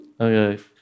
Okay